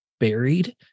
Buried